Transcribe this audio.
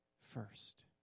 first